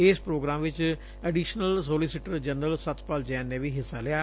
ਇਸ ਪ੍ਰੋਗਰਾਮ ਵਿਚ additional solicitor general Satpal Jain ਨੇ ਵੀ ਹਿੱਸਾ ਲਿਆ